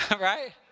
right